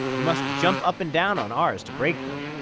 you must jump up and down on ours to break them.